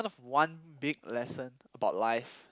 one big lesson about life